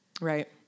Right